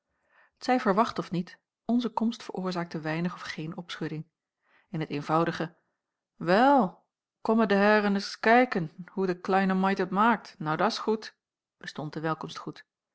zij verwacht of niet onze komst veroorzaakte weinig of geen opschudding in het eenvoudige wel kommen de haieren rais kaiken hoe de klaine maid het maakt nou da's goed bestond de welkomstgroet